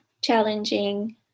challenging